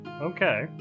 Okay